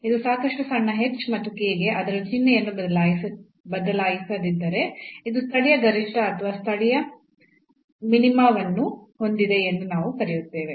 ಇದು ಸಾಕಷ್ಟು ಸಣ್ಣ h ಮತ್ತು k ಗೆ ಅದರ ಚಿಹ್ನೆಯನ್ನು ಬದಲಾಯಿಸದಿದ್ದರೆ ಇದು ಸ್ಥಳೀಯ ಗರಿಷ್ಠ ಅಥವಾ ಸ್ಥಳೀಯ ಮಿನಿಮಾವನ್ನು ಹೊಂದಿದೆ ಎಂದು ನಾವು ಕರೆಯುತ್ತೇವೆ